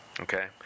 Okay